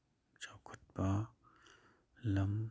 ꯆꯥꯎꯈꯠꯄ ꯂꯝ